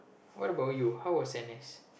what about you how was n_s